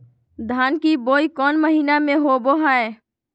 धान की बोई कौन महीना में होबो हाय?